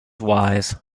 wise